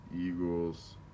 Eagles